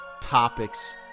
topics